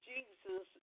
Jesus